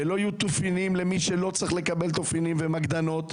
לא יהיו תופינים למי שלא צריך לקבל תופינים ומגדנות.